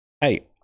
Hey